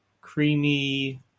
creamy